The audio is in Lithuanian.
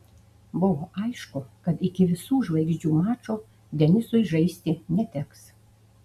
buvo aišku kad iki visų žvaigždžių mačo denisui žaisti neteks